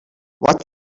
watch